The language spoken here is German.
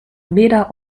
weder